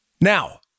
Now